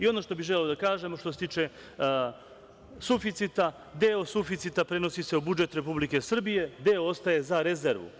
Ono što bi želeo da kažem, što se tiče suficita, deo suficita prenosi se u budžet Republike Srbije, deo ostaje za rezervu.